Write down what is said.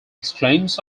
exclaims